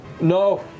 no